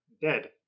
dead